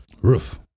Roof